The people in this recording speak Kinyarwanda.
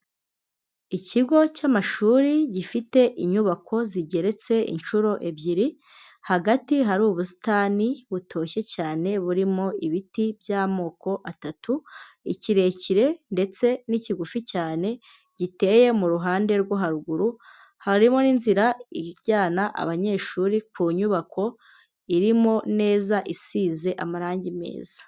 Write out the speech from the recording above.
Ikigo cy'amashuri gifite inyubako zigeretse inshuro ebyiri, hagati hari ubusitani butoshye cyane burimo ibiti by'amoko atatu, ikirekire ndetse n'ikigufi cyane giteye mu ruhande rwo haruguru, harimo n'inzira ijyana abanyeshuri ku nyubako irimo neza isize amarangi meza.